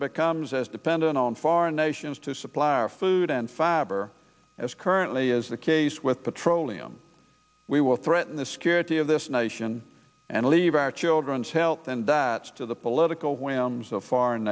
becomes as dependent on foreign nations to supply our food and fiber as currently is the case with petroleum we will threaten the security of this nation and leave our children's health and that to the political whims of foreign